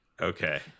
Okay